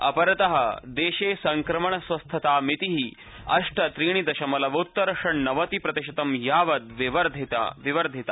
अपरत देशे संक्रमण स्वस्थ्तामिति अष्ट त्रीणि दशमलवोत्तर षण्णवति प्रतिशतं यावत् विवधिता